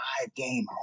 five-game